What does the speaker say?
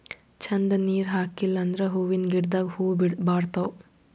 ಛಂದ್ ನೀರ್ ಹಾಕಿಲ್ ಅಂದ್ರ ಹೂವಿನ ಗಿಡದಾಗ್ ಹೂವ ಬಾಡ್ತಾವ್